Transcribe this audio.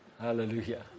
Hallelujah